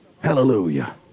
Hallelujah